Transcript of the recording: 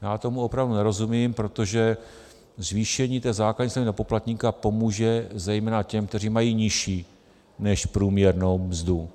Já tomu opravdu nerozumím, protože zvýšení základní slevy na poplatníka pomůže zejména těm, kteří mají nižší než průměrnou mzdu.